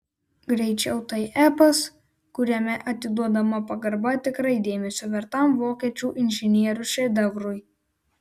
greičiau tai epas kuriame atiduodama pagarba tikrai dėmesio vertam vokiečių inžinierių šedevrui